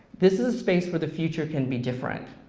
this is a space where the future can be different,